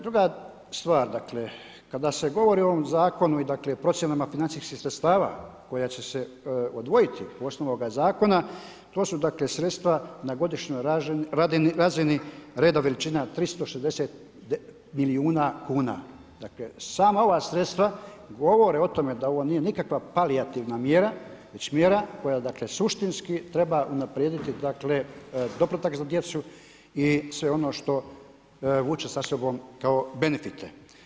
Druga stvar, kada se govori o ovom zakonu i procjenama financijskih sredstava koje će se odvojiti osnovama ovog zakona, to su sredstva na godišnjoj razini reda veličina 360 milijuna kuna. dakle sama ova sredstva govore o tome da ovo nije nikakva palijativna mjera, već mjera koja suštinski treba unaprijediti doplatak za djecu i sve ono što vuče sa sobom kao benefite.